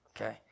okay